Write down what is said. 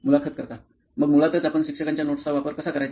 मुलाखत कर्ता मग मुळातच आपण शिक्षकांच्या नोट्सचा वापर कसा करायचा